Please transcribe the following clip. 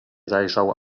zajrzał